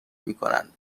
میکنند